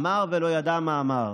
אמר ולא ידע מה אמר.